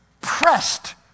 pressed